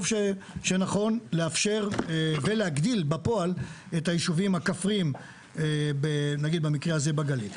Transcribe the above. שנכון לאפשר ולהגדיל בפועל את הישובים הכפריים נגיד במקרה הזה בגליל.